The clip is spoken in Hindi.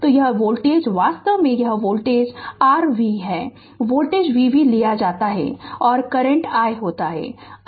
तो यह वोल्टेज वास्तव में यह वोल्टेज r V यह वोल्टेज V V लिया जाता है और करंट i होता है